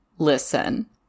Listen